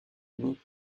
unis